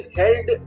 held